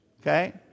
Okay